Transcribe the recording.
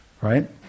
Right